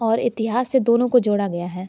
और इतिहास से दोनों को जोड़ा गया है